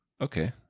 Okay